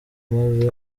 maze